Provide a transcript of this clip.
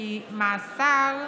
כי מאסר,